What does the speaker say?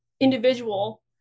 individual